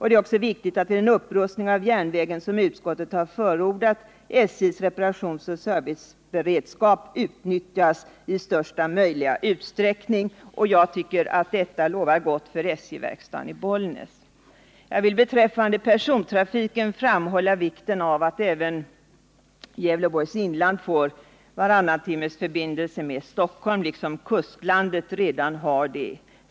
Det är också viktigt att vid den upprustning av järnvägen som utskottet har förordat SJ:s reparationsoch serviceberedskap utnyttjas i största möjliga utsträckning.” Jag tycker att detta bådar gott för SJ-verkstaden i Bollnäs. Beträffande persontrafiken vill jag framhålla vikten av att även Gävleborgs inland får varannantimmesförbindelse med Stockholm i likhet med vad kustlandet redan har.